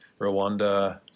Rwanda